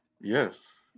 Yes